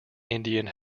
indian